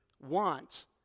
want